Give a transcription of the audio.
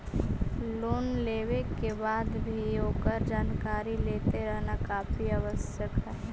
loan लेवे के बाद भी ओकर जानकारी लेते रहना काफी आवश्यक हइ